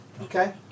Okay